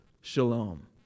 shalom